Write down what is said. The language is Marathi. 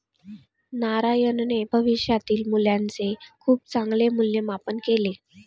नारायणने भविष्यातील मूल्याचे खूप चांगले मूल्यमापन केले